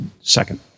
second